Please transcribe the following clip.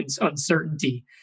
uncertainty